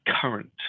current